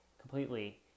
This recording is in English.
completely